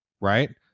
right